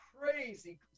crazy